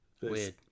Weird